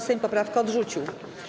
Sejm poprawkę odrzucił.